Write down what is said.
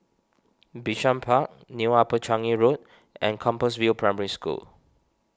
Bishan Park New Upper Changi Road and Compassvale Primary School